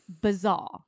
bizarre